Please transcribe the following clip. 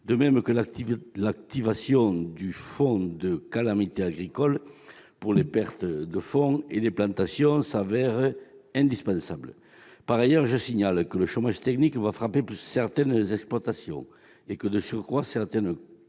De même, l'activation du fonds des calamités agricoles pour les pertes de fonds et les plantations se révèle indispensable. Par ailleurs, je signale que le chômage technique va frapper plusieurs exploitations. De surcroît, au regard